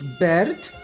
bird